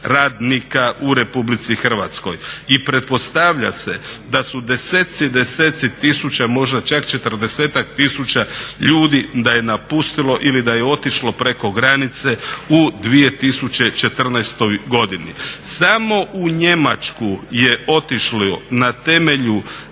radnika u RH? i pretpostavlja se da su deseci i deseci tisuća, možda čak 40-ak tisuća ljudi da je napustilo ili da je otišlo preko granice u 2014.godini. Samo u Njemačku je otišlo na temelju